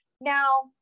Now